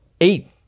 eight